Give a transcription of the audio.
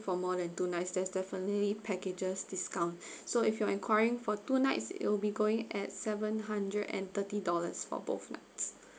for more than two nights there's definitely packages discount so if you are enquiring for two nights it'll be going at seven hundred and thirty dollars for both nights